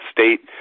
State